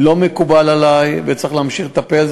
לא מקובל עלי, וצריך להמשיך לטפל.